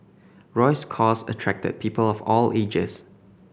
Roy's cause attracted people of all ages